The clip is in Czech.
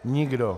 Nikdo.